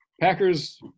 packers